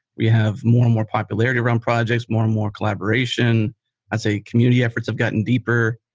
we have more and more popularity around projects, more and more collaboration as a community efforts have gotten deeper.